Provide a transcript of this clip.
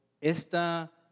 esta